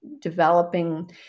developing